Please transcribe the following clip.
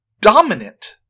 dominant